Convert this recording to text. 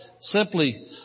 Simply